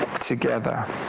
together